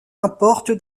importe